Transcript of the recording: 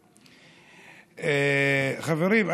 חברים,